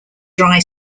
dry